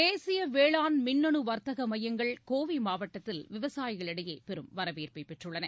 தேசிய வேளாண் மின்னணு வா்த்தக மையங்கள் கோவை மாவட்டத்தில் விவசாயிகளிடையே பெரும் வரவேற்பை பெற்றுள்ளன